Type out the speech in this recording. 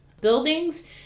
buildings